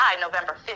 november